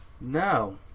No